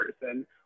person